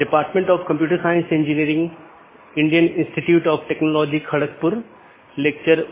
जैसा कि हम पिछले कुछ लेक्चरों में आईपी राउटिंग पर चर्चा कर रहे थे आज हम उस चर्चा को जारी रखेंगे